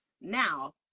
now